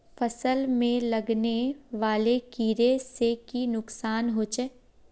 फसल में लगने वाले कीड़े से की नुकसान होचे?